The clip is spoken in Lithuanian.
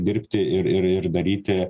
dirbti ir ir ir daryti